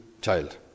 child